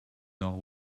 nord